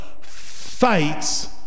fights